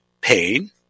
pain